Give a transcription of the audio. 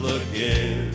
again